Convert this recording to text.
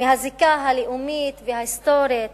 מהזיקה הלאומית וההיסטורית